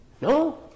No